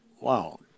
Wow